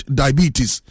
diabetes